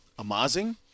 Amazing